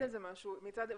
מצד אחד